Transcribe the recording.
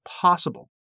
possible